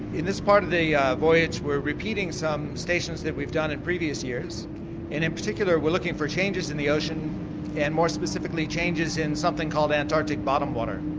in this part of the um voyage we're repeating some stations that we've done in previous years and in particular we're looking for changes in the ocean and more specifically changes in something called antarctic bottom water,